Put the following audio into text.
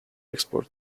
export